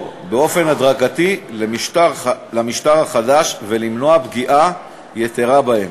באופן הדרגתי למשטר החדש ולמנוע פגיעה יתרה בהם.